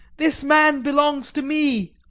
this man belongs to me!